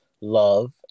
Love